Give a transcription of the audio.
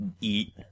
eat